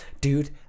Dude